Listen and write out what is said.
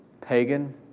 pagan